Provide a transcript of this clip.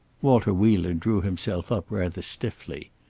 walter wheeler drew himself up rather stiffly.